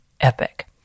epic